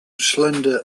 slender